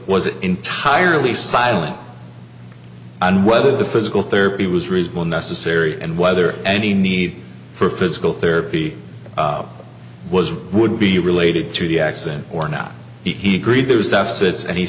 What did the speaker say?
was entirely silent on whether the physical therapy was reasonable necessary and whether any need for physical therapy was would be related to the accident or not he agreed there was